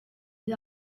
eut